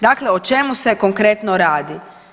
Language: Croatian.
Dakle, o čemu se konkretno radi?